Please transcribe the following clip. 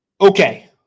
okay